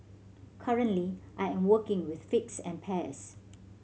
currently I am working with figs and pears